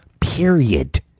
Period